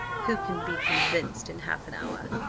who can be convinced in half an hour!